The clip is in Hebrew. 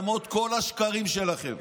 למרות כל השקרים שלכם.